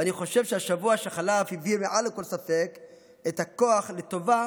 ואני חושב שהשבוע שחלף הבהיר מעל לכל סופק את הכוח לטובה